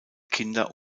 kinder